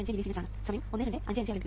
625 millisiemens ആണ്